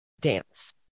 dance